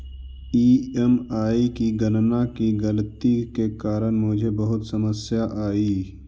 EMI की गणना की गलती के कारण मुझे बहुत समस्या आई